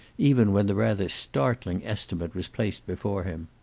even when the rather startling estimate was placed before him.